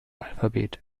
alphabet